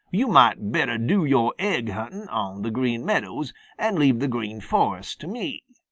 yo' might better do your aigg hunting on the green meadows and leave the green forest to me,